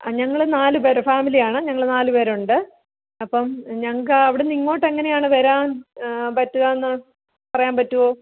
ഞങ്ങൾ നാല് പേർ ഫാമിലിയാണ് ഞങ്ങൾ നാല് പേരുണ്ട് അപ്പം ഞങ്ങൾക്ക് അവിടുന്ന് ഇങ്ങോട്ട് എങ്ങനെയാണ് വരാൻ പറ്റുവാന്ന് പറയാൻ പറ്റുമോ